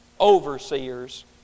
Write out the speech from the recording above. overseers